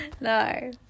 No